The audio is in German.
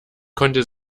konnte